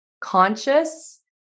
conscious